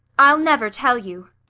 i'll never tell you.